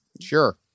Sure